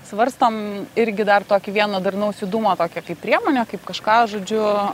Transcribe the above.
svarstom irgi dar tokį vieną darnaus judumo tokią kaip priemonę kaip kažką žodžiu